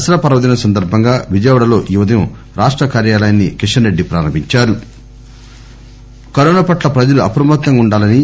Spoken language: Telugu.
దసరా పర్వదినం సందర్బంగా విజయవాడలో ఈ ఉదయం రాష్ట కార్యాలయాన్ని కిషన్రెడ్డి రంభించారు కరోనా పట్ల ప్రజలు అప్రమత్తంగా ఉండాలని